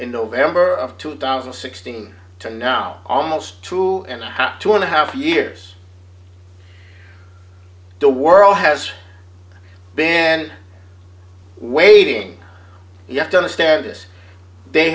in november of two thousand and sixteen to now almost two and two and a half years the world has been waiting you have to understand this they